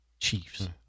Chiefs